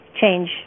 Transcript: change